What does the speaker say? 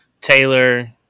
Taylor